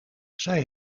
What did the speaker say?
zij